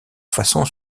façon